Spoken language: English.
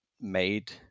made